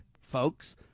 folks